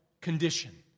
condition